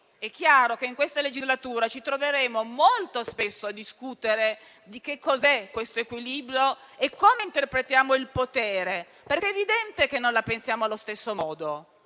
È chiaro che in questa legislatura ci troveremo molto spesso a discutere di che cos'è questo equilibrio e come interpretiamo il potere, perché è evidente che non la pensiamo allo stesso modo.